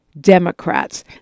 Democrats